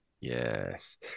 Yes